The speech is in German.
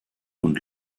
und